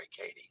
Katie